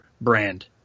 brand